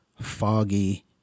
foggy